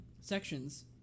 sections